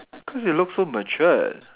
cause you look so mature